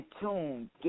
tune